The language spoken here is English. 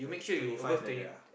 twenty five like that ah